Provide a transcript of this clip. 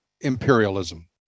imperialism